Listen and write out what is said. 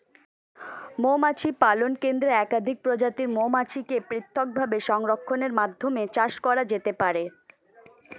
মৌমাছি পালন কেন্দ্রে একাধিক প্রজাতির মৌমাছিকে পৃথকভাবে সংরক্ষণের মাধ্যমে চাষ করা যেতে পারে